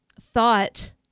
thought